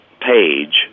page